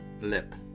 lip